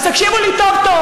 אז תקשיבו לי טוב-טוב.